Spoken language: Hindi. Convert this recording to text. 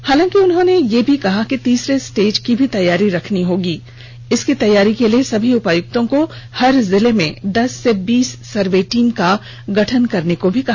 हालांकि उन्होंने यह भी कहा कि हमें तीसरे स्टेज की भी तैयारी रखनी होगी इसकी तैयारी के लिए सभी उपायुक्तों को हर जिले में दस से बीस सर्वे टीम का गठन करने को भी कहा